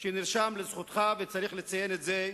שנרשם לזכותך, וצריך לציין את זה,